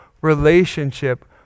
relationship